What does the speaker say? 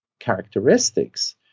characteristics